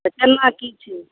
तऽ केना की छै